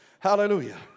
Hallelujah